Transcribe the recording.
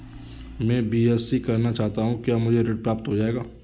मैं बीएससी करना चाहता हूँ क्या मुझे ऋण प्राप्त हो जाएगा?